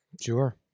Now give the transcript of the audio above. Sure